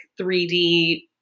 3D